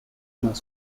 más